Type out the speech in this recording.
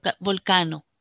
volcano